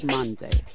Monday